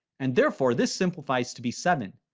and therefore this simplifies to be seven,